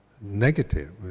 negative